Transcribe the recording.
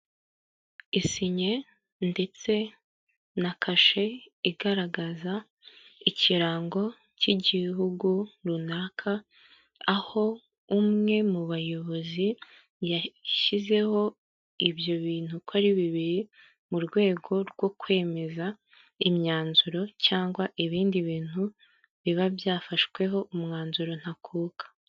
Isinye ndetse na kashe igaragaza ikirango cy'igihugu runaka, aho umwe mu bayobozi yashyizeho ibyo bintu ko ari bibiri mu rwego rwo kwemeza imyanzuro cyangwa ibindi bintu biba byafashweho umwanzuro ntakuka.